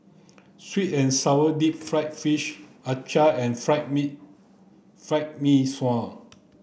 sweet and sour deep fried fish and fried mee fried mee sua